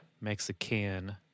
Mexican